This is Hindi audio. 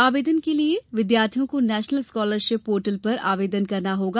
आवेदन के लिए विद्यार्थियों को नेशनल स्कॉलरशिप पोर्टल पर आवेदन करना होगा